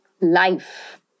Life